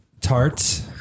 tarts